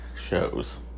shows